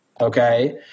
okay